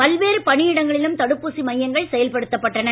பல்வேறு பணியிடங்களிலும் தடுப்பூசி மையங்கள் செயல்படுத்தப்பட்டன